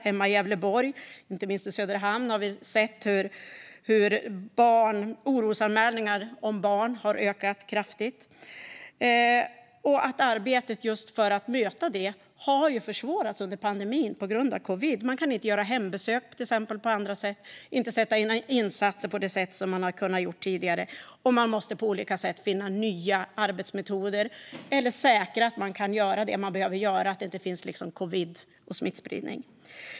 Hemma i Gävleborg, inte minst i Söderhamn, har orosanmälningarna om barn ökat kraftigt. Arbetet för att möta det har försvårats under pandemin på grund av covid. Man kan till exempel inte göra hembesök på andra sätt, och man kan inte sätta in insatser på det sätt man har kunnat tidigare. Man måste på olika sätt finna nya arbetsmetoder eller säkra att man kan göra det man behöver göra och att det inte finns covid och smittspridning.